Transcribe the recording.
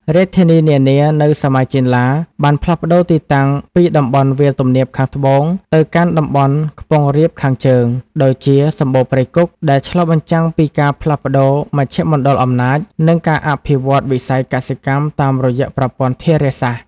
រាជធានីនានានៅសម័យចេនឡា បានផ្លាស់ប្តូរទីតាំងពីតំបន់វាលទំនាបខាងត្បូង ទៅកាន់តំបន់ខ្ពង់រាបខាងជើង ដូចជាសម្បូរព្រៃគុក ដែលឆ្លុះបញ្ចាំងពីការផ្លាស់ប្តូរមជ្ឈមណ្ឌលអំណាច និងការអភិវឌ្ឍន៍វិស័យកសិកម្មតាមរយៈប្រព័ន្ធធារាសាស្ត្រ។